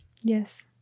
yes